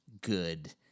good